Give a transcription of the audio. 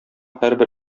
һәрбер